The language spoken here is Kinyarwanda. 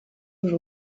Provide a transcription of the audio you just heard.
w’uru